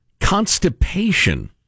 Constipation